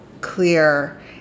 clear